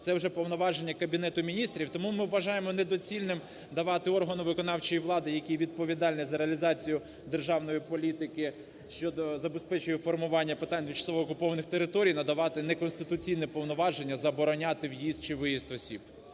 це вже повноваження Кабінету Міністрів. Тому ми вважаємо недоцільним давати органу виконавчої влади, який відповідальний за реалізацію державної політики щодо забезпечує формування питань тимчасово окупованих територій надавати не конституційне повноваження, забороняти в'їзд чи виїзд осіб.